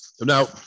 now